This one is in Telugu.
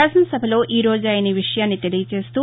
శాసన సభలో ఈ రోజు ఆయన ఈవిషయాన్ని తెలియజేస్తూ